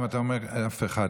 אם אתה אומר אף אחד,